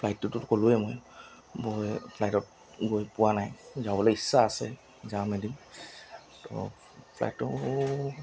ফ্লাইটটোত ক'লোৱেই মই ফ্লাইটত গৈ পোৱা নাই যাবলৈ ইচ্ছা আছে যাম এদিন তো ফ্লাইটটো